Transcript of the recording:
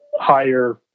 higher